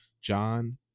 john